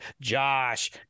Josh